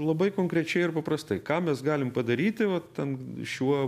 labai konkrečiai ir paprastai ką mes galim padaryti vat ten šiuo